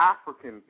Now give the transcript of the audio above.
African